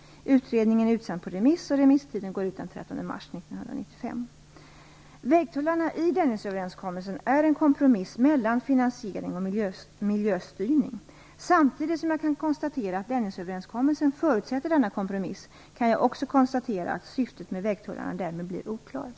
Utredningen är utsänd på remiss. Remisstiden går ut den 13 mars 1995. Vägtullarna i Dennisöverenskommelsen är en kompromiss mellan finansiering och miljöstyrning. Samtidigt som jag kan konstatera att Dennisöverenskommelsen förutsätter denna kompromiss kan jag också konstatera att syftet med vägtullarna därmed blir oklart.